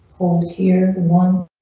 hold here and one.